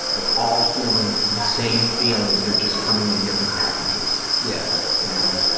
we're all feeling the same feelings, they're just coming in different packages, yeah you know?